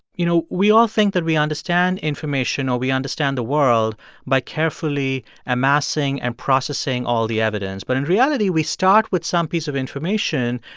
you know, we all think that we understand information or we understand the world by carefully amassing and processing all the evidence, but in reality, we start with some piece of information,